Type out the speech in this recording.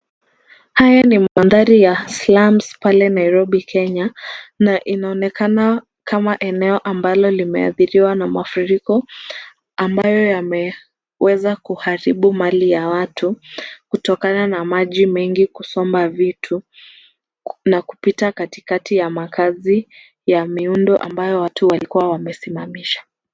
Haya ni mandhari ya slums pale Nairobi Kenya na inaonekana kama eneo ambalo limeathiriwa na mafuriko, ambayo yameweza kuharibu mali ya watu kutokana na maji mengi kusomba vitu na kupita katikati ya makazi ya miundo, ambayo watu walikuwa wamesimamisha.